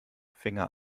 finger